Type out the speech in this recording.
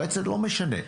לא משנה.